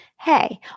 Hey